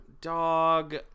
Dog